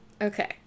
okay